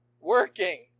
Working